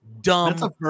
Dumb